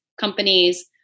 companies